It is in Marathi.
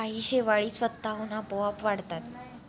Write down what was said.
काही शेवाळी स्वतःहून आपोआप वाढतात